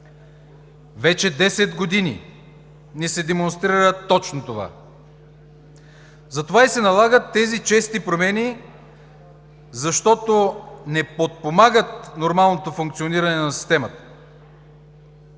Вече 10 години ни се демонстрира точно това. Затова и се налагат тези чести промени, защото не подпомагат нормалното функциониране на системата.